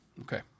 Okay